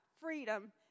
freedom